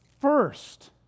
first